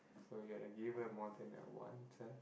so you're a giver more than a wanter